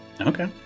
Okay